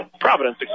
Providence